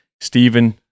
Stephen